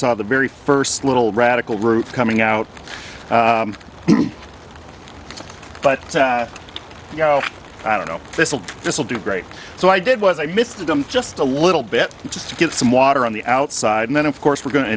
saw the very first little radical root coming out but you know i don't know if this will do great so i did was i missed them just a little bit just to get some water on the outside and then of course we're going to